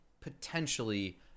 potentially